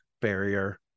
barrier